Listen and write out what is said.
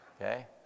okay